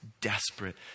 desperate